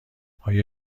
آیا